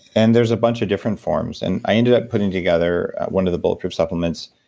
and there's a bunch of different forms. and i ended up putting together one of the bulletproof supplements,